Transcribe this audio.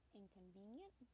inconvenient